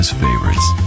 favorites